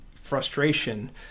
frustration